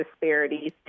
disparities